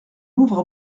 louvre